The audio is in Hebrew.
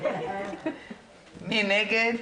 מי נגד?